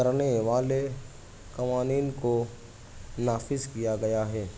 کرنے والے قوانین کو نافذ کیا گیا ہے